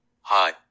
Hi